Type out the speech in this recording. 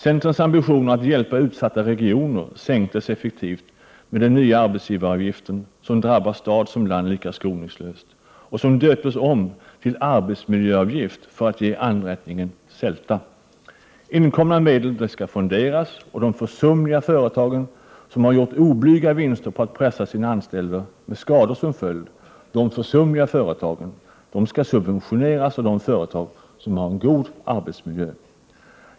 Centerns ambitioner att hjälpa utsatta regioner sänktes effektivt med den nya arbetsgivaravgiften, som drabbar stad som land lika skoningslöst och som döptes om till arbetsmiljöavgift för att ge anrättningen sälta. Inkomna medel skall fonderas och de försumliga företagen, som har gjort oblyga vinster på att pressa sina anställda med skador som följd, skall subventioneras av de företag som har en god arbetsmiljö.